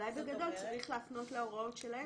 אולי בגדול צריך להפנות להוראות שלהם